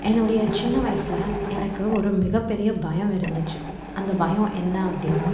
என்னுடைய சின்ன வயதுல எனக்கு ஒரு மிக பெரிய பயம் இருந்துச்சு அந்த பயம் என்ன அப்படின்னா